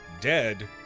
dead